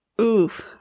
oof